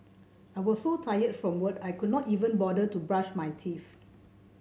I was so tired from work I could not even bother to brush my teeth